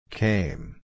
came